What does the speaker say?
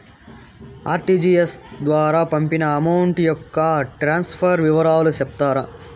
RTGS ద్వారా పంపిన amount యొక్క ట్రాన్స్ఫర్ వివరాలు సెప్తారా